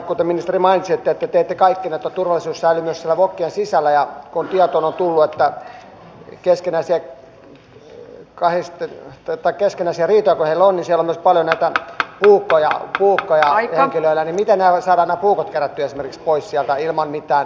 kuten ministeri mainitsitte te teette kaikkenne että turvallisuus säilyy myös siellä vokien sisällä ja kun tietoon on tullut että keskinäisiä riitoja kun heillä on ja siellä on myös paljon näitä puukkoja henkilöillä niin miten esimerkiksi saadaan nämä puukot kerättyä pois sieltä ilman mitään draamaa